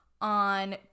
on